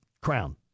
crown